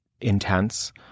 intense